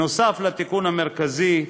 נוסף על התיקון המרכזי,